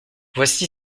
voici